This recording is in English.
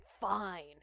fine